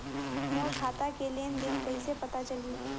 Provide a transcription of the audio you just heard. मोर खाता के लेन देन कइसे पता चलही?